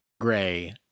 gray